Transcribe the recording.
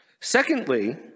Secondly